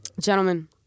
Gentlemen